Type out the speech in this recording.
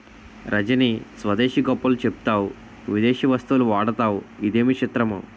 రజనీ స్వదేశీ గొప్పలు చెప్తావు విదేశీ వస్తువులు వాడతావు ఇదేమి చిత్రమో